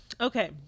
okay